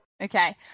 Okay